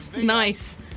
Nice